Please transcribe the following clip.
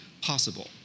possible